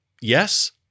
Yes